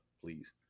please